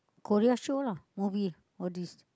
Korea show lah movies all these